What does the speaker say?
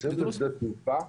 מסביב לשדה תעופה,